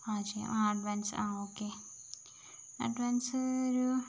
ആ ചെയ്യാം ആ അഡ്വാൻസ് ആ ഓക്കേ അഡ്വാൻസ് ഒരു